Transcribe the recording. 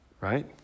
right